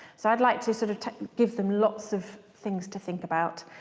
so i'd like to sort of to give them lots of things to think about,